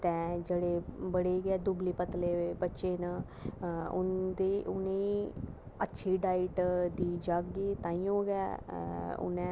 तां जेह्ड़े बड़े गै दुबले पतले बच्चे न उंदे उनें ई अच्छी डाईट दी जाह्गी ते तां गै उनें